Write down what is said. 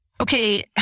okay